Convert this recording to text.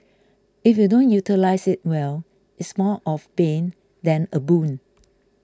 if you don't utilise it well it's more of bane than a boon